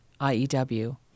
IEW